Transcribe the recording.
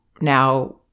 now